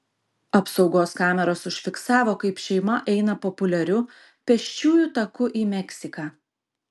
apsaugos kameros užfiksavo kaip šeima eina populiariu pėsčiųjų taku į meksiką